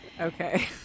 Okay